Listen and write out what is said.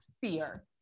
fear